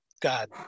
God